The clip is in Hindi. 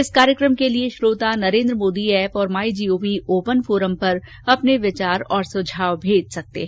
इस कार्यक्रम के लिए श्रोता नरेन्द्र मोदी एप और my G O V open forum पर अपने विचार और सुझाव भेज सकते हैं